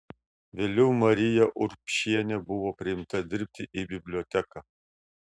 vėliau marija urbšienė buvo priimta dirbti į biblioteką